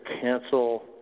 cancel